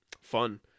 fun